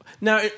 Now